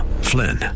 Flynn